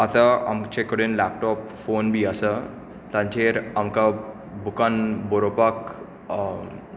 आतां आमचे कडेन लॅपटॉप फोन बी आसा ताचेर आमकां बुकान बरोवपाक